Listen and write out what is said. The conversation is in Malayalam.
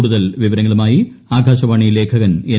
കൂടുതൽ വിവരങ്ങളുമായി ആകാശവാണി ലേഖകൻ എൻ